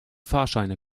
fahrscheine